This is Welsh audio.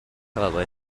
wely